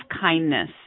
kindness